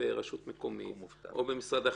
ברשות מקומית או במשרד החינוך,